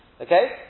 Okay